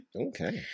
Okay